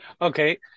Okay